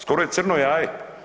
Skoro je crno jaje.